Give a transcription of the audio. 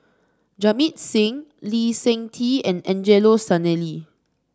Jamit Singh Lee Seng Tee and Angelo Sanelli